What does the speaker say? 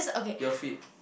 you're fit